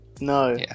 no